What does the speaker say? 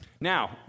Now